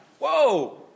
whoa